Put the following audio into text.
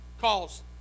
calls